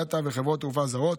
יאט"א וחברות תעופה זרות.